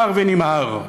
מר ונמהר.